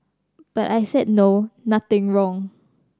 but I said no nothing wrong